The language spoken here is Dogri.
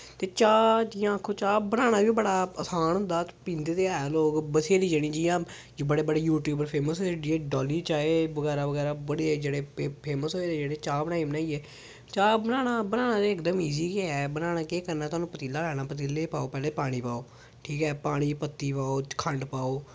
ते चाह् जियां आक्खो चाह् बनाना बी बड़ा असान होंदा पींदे ते ऐ लोग बत्थेरे जने जियां बड़े बड़े यूट्यूबर फेमस होई दे जियां डोल्ली चाय बगैरा बगैरा बड़े जेह्ड़े फेमस होए दे जेह्ड़ा चाह् बनाई बनाइयै चाह् बनाना बनाना ते इकदम ईज़ी गै ऐ बनाना केह् करना तोआनू पतीला लैना पतीले च पाओ पैह्लें पानी पाओ ठीक ऐ पानी पत्ती पाओ खंड पाओ